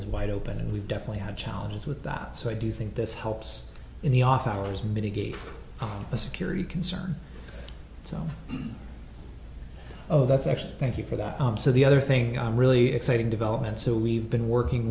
is wide open and we've definitely had challenges with that so i do think this helps in the off hours mitigate a security concern so that's actually thank you for that so the other thing really exciting development so we've been working